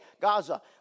Gaza